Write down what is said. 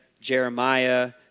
Jeremiah